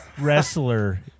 wrestler